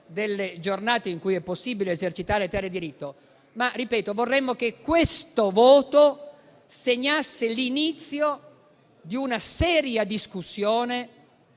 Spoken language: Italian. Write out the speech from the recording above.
Ma vorremmo che questo voto segnasse l'inizio di una seria discussione,